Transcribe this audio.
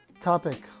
topic